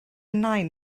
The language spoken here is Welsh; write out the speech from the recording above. nain